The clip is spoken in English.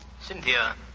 Cynthia